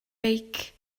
beic